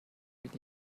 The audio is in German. mich